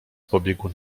pobiegł